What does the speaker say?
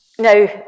Now